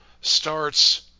starts